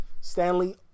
Stanley